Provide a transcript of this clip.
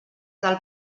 del